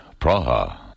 Praha